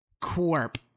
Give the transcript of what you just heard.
Corp